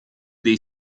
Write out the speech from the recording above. dei